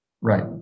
Right